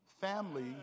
family